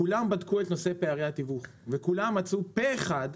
כולם בדקו את נושא פערי התיווך וכולם מצאו פה אחד,